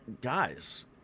guys